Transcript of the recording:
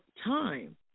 time